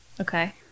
Okay